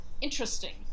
interesting